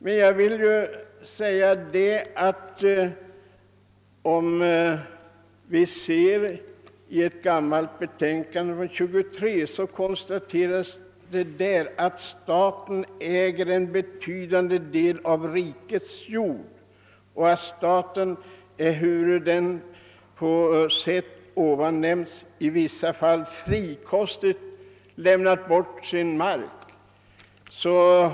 Men jag kan nämna att det i ett gammalt betänkande från 1823 konstateras att staten äger en betydande del av rikets jord trots att staten i vissa fall som beskrivits i betänkandet frikostigt lämnat bort sin mark.